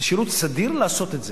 בשירות סדיר, לעשות את זה.